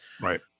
Right